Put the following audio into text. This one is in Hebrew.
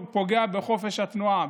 בחופש התנועה,